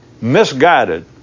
misguided